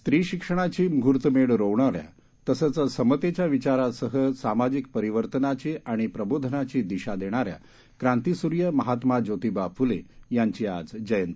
स्त्री शिक्षणाची मुहूर्तमेढ रोवणाऱ्या तसंच समतेच्या विचारासह सामाजिक परिवर्तनाची आणि प्रबोधनाची दिशा देणाऱ्या क्रांतिसूर्य महात्मा ज्योतिबा फुले यांची आज जयंती